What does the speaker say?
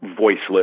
voiceless